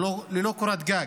ללא קורת גג,